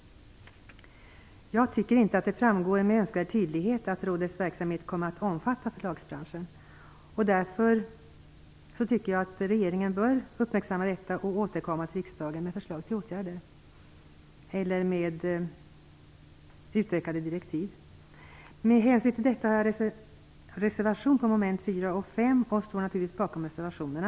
Jag tycker inte att det framgår med önskvärd tydlighet att rådets verksamhet kommer att omfatta förlagsbranschen. Därför bör regeringen uppmärksamma detta och återkomma till riksdagen med förslag till åtgärder eller med utökade direktiv. Med hänsyn till detta har jag reservationer vad gäller mom. 4 och 5. Jag står naturligtvis bakom reservationerna.